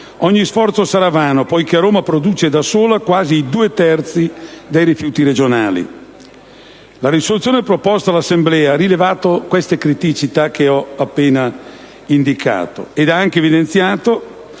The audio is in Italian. ogni sforzo sarà vano, poiché Roma produce da sola quasi i due terzi dei rifiuti regionali. La risoluzione proposta all'Assemblea ha rilevato le criticità che ho appena indicato ed ha anche evidenziato